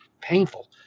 painful